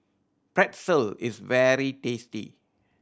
pretzel is very tasty